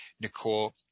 Nicole